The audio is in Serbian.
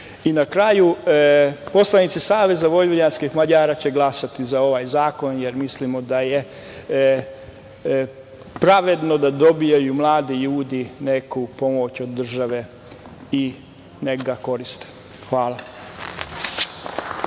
kraju, poslanici Saveza vojvođanskih Mađara će glasati za ovaj zakon, jer mislimo da je pravedno da dobijaju mladi ljudi neku pomoć od države i neku korist. Hvala.